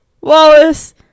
wallace